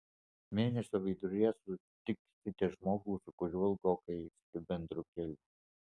mėnesio viduryje sutiksite žmogų su kuriuo ilgokai eisite bendru keliu